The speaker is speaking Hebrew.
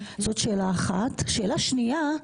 שאלה שנייה.